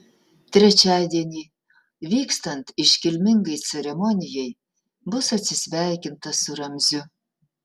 trečiadienį vykstant iškilmingai ceremonijai bus atsisveikinta su ramziu